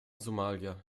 somalia